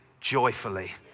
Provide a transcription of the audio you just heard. joyfully